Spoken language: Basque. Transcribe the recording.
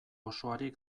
osoari